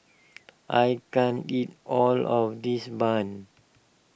I can't eat all of this Bun